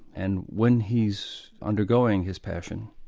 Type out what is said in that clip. and when he's undergoing his passion,